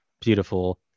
beautiful